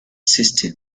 system